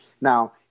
Now